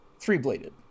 Three-bladed